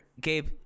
Gabe